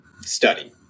study